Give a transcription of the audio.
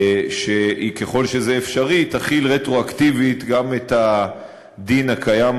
שככל שזה אפשרי היא תחיל רטרואקטיבית את הדין הקיים